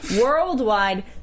worldwide